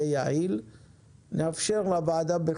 מהטכניון להוסיף לרשימת השיקולים שהוועדה אמורה לשקול.